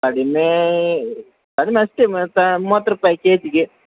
ಕಡಿಮೆ ಕಡಿಮೆ ಅಷ್ಟೆ ಮತ್ತು ಮೂವತ್ತು ರೂಪಾಯ್ ಕೆ ಜಿಗೆ